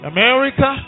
America